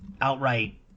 outright